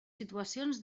situacions